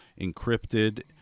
encrypted